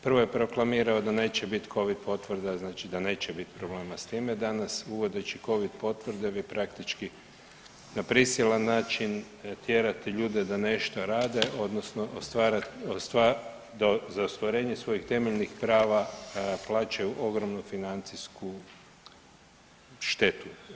Prvo je proklamirao da neće biti covid potvrda znači da neće biti problema s time, danas uvodeći covid potvrde bi praktički na prisilan način tjerati ljude da nešto rade odnosno za ostvarenje svojih temeljnih prava plaćaju ogromnu financijsku štetu.